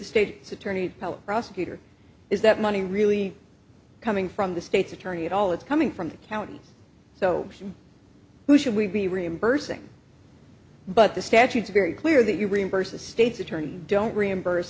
the state's attorney prosecutor is that money really coming from the state's attorney at all it's coming from the county so who should we be reimbursing but the statutes very clear that you reimburse the state's attorney don't reimburse